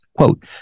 Quote